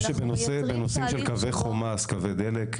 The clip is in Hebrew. בקווי חומ"ס או בקווי דלק,